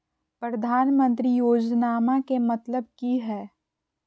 प्रधानमंत्री योजनामा के मतलब कि हय?